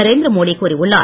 நரேந்திரமோடி கூறியுள்ளார்